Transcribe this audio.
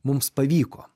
mums pavyko